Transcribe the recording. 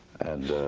and